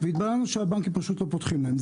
והתברר לנו שהבנקים פשוט לא פותחים להן.